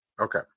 Okay